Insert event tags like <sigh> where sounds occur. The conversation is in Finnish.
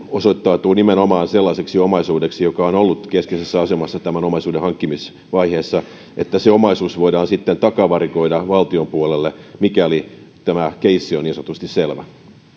<unintelligible> osoittautuu nimenomaan sellaiseksi omaisuudeksi joka on ollut keskeisessä asemassa tämän omaisuuden hankkimisvaiheessa voidaan sitten takavarikoida valtion puolelle mikäli tämä keissi on niin sanotusti selvä